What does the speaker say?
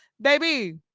baby